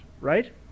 right